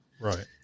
Right